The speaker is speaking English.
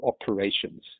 operations